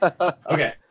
okay